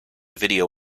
video